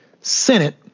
Senate